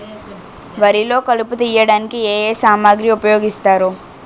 వరిలో కలుపు తియ్యడానికి ఏ ఏ సామాగ్రి ఉపయోగిస్తారు?